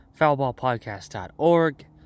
foulballpodcast.org